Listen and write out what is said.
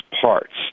parts